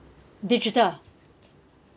digital